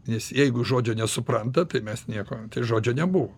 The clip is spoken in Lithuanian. nes jeigu žodžio nesupranta tai mes nieko žodžio nebuvo